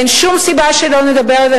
אין שום סיבה שלא נדבר על זה,